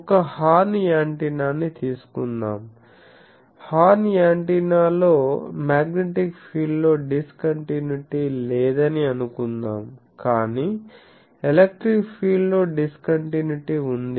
ఒక హార్న్ యాంటెన్నానీ తీసుకుందాం హార్న్ యాంటెన్నాలో మాగ్నెటిక్ ఫీల్డ్ లో డిస్కంటిన్యుటీ లేదని అనుకుందాం కాని ఎలక్ట్రిక్ ఫీల్డ్ లో డిస్కంటిన్యుటీ ఉంది